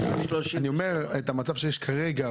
אני אומר מה המצב שקיים כרגע,